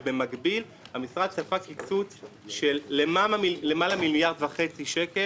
ובמקביל המשרד ספג קיצוץ של למעלה מ-1.5 מיליארד שקל,